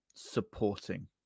Supporting